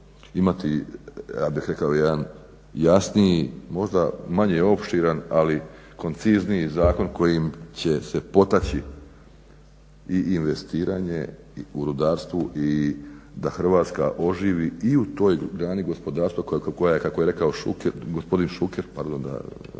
imati ja bih rekao jedan jasniji, možda manje opširan ali koncizniji zakon kojim će se potaći i investiranje u rudarstvu i da Hrvatska oživi i u toj grani gospodarstva kako je rekao gospodin Šuker, dakle da